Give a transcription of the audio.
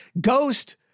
ghost